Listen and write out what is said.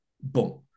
Boom